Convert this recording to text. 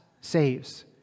saves